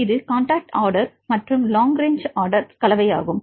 இது contact order மற்றும் long range order கலவையாகும்